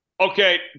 okay